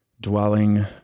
dwelling